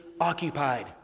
occupied